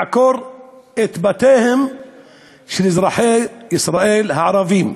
לעקור את בתיהם של אזרחי ישראל הערבים,